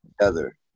together